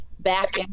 back